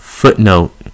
Footnote